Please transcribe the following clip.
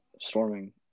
storming